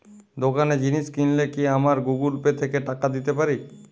দোকানে জিনিস কিনলে কি আমার গুগল পে থেকে টাকা দিতে পারি?